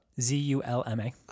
Z-U-L-M-A